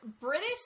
British